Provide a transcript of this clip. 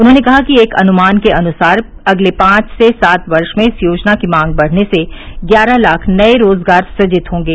उन्होंने कहा कि एक अनुमान के अनुसार अगले पांच से सात वर्ष में इस योजना की मांग बढ़ने से ग्यारह लाख नये रोजगार सुजित होंगे